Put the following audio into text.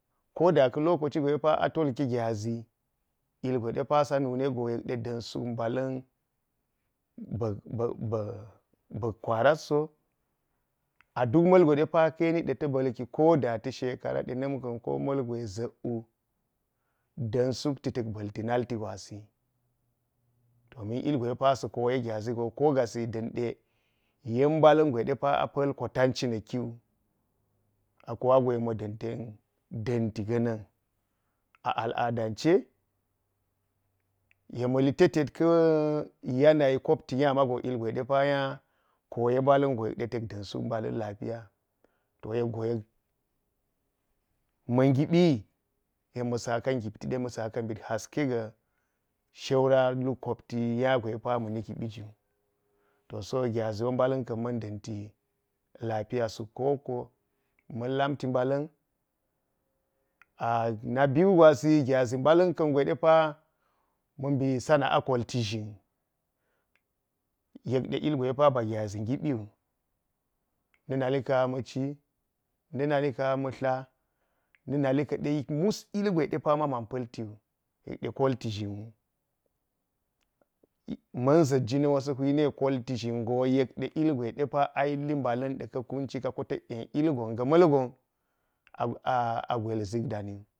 Koda de ka̱ lokaci gwe a tol gyaʒi ilgwe de pawe sa nunek go yek de da̱n suk mbala̱ni mbuk – mbuk mbuk kwarat so a duk mulgwe de pa ka̱ yeni ta̱ ba̱lki koda ta̱ shekara de na̱m ka̱n ko ma̱ igwe za̱k wu da̱n sukti ta̱k ba̱lti nalti gwasii domin ilgwe de pa sa koye gyaʒi yek ko gaasi da̱n yen mbala̱n gwe de pa a pa̱l ko tanci na̱ kiwu. A kuwa go yek ma̱ dan ten ndi ga̱na̱n ni a adalci, yek ma̱litet ka yanayi kopti nya mawu ilgwe de pa nya koye mbala̱n go yek ɗe ta̱la ɗa̱n suk mba la̱n lafiya. To yek go yekma̱ ngiɓi – yek ma saka ngipti de ma̱ sako mbit haske ga shaura lu kopti nya gwe de pa ma̱mi ngibi ju. To so gyaʒi wo mbala̱n ka̱n ma̱n da̱nti lafiya suk kowoko, ma̱n lamti – mbala̱n. A na biyu gwasi gyaʒi mbala̱n ka̱n gwe de pa mbi sana’a gaꞌ kolti zhin. Yek de ilgwe de pa ba gyaʒi ngiɓi wu – na̱ nalika̱n – ama̱ ci – na̱ nali ka̱n ama̱ tla na̱ nali ka̱de muso ilgwe de pa ma man pa̱lti wu yek ɗe kolti zhin wu. ma̱n ʒa̱t jina̱n wo sa wulni’e kolti ʒhin go yek de ilgwe de pa a yilli mbala̱n ɗa̱ ka kunci ko ta̱k yen ilgon ga̱ ma̱l gon a gwel ʒa̱k da̱ ni wu.